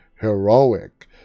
heroic